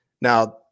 now